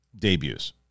debuts